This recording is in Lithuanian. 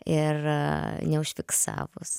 ir neužfiksavus